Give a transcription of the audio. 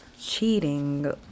cheating